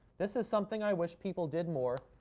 this is something i wish people did more,